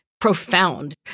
profound